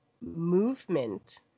movement